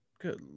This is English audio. good